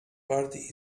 party